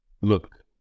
look